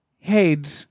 head